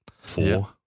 four